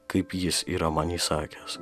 kaip jis yra man įsakęs